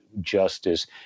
justice